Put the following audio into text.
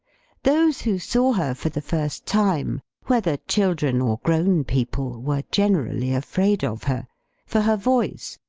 those who saw her for the first time, whether children or grown people, were generally afraid of her for her voice,